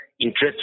interest